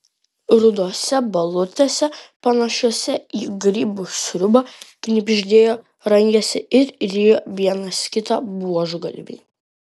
rudose balutėse panašiose į grybų sriubą knibždėjo rangėsi ir rijo vienas kitą buožgalviai